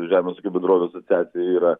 žemės ūkio bendrovių asociacija yra